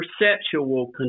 perceptual